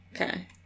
Okay